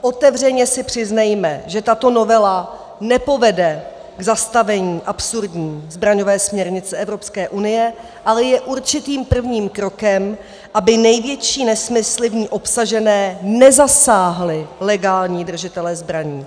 Otevřeně si přiznejme, že tato novela nepovede k zastavení absurdní zbraňové směrnice Evropské unie, ale je určitým prvním krokem, aby největší nesmysly v ní obsažené nezasáhly legální držitele zbraní.